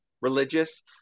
religious